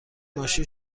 ماشین